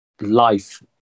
life